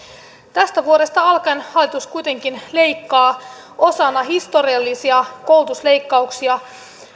tästä vuodesta alkaen hallitus kuitenkin leikkaa osana historiallisia koulutusleikkauksia